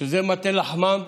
שזה מטה לחמם,